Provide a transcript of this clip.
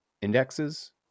indexes